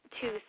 two